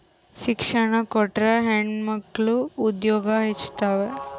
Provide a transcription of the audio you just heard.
ಶಿಕ್ಷಣ ಕೊಟ್ರ ಹೆಣ್ಮಕ್ಳು ಉದ್ಯೋಗ ಹೆಚ್ಚುತಾವ